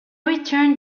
returned